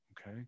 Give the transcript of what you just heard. okay